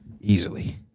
easily